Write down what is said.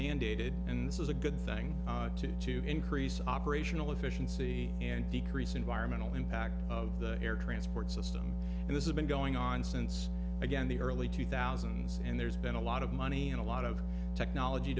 mandated and this is a good thing to do to increase operational efficiency and decrease environmental impact of the air transport system and this has been going on since again the early two thousand and there's been a lot of money and a lot of technology